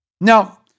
Now